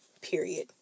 Period